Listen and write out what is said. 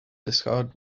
descartes